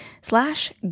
slash